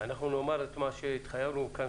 נאמר את מה שהתחייבנו כאן,